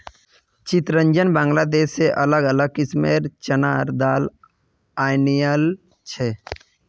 चितरंजन बांग्लादेश से अलग अलग किस्मेंर चनार दाल अनियाइल छे